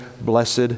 blessed